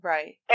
Right